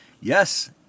yes